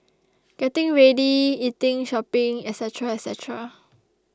getting ready eating shopping etcetera etcetera